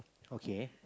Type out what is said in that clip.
okay